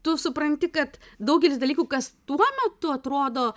tu supranti kad daugelis dalykų kas tuo metu atrodo